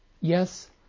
Yes